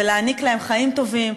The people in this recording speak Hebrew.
ולהעניק להם חיים טובים,